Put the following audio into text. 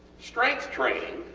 strength training